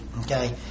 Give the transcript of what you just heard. Okay